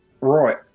Right